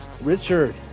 Richard